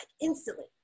instantly